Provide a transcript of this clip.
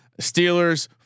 Steelers